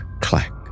clack